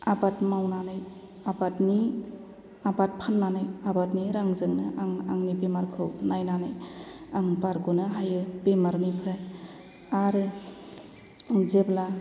आबाद मावनानै आबादनि आबाद फान्नानै आबादनि रांजोंनो आं आंनि बेमारखौ नायनानै आं बारग'नो हायो बेमारनिफ्राय आरो जेब्ला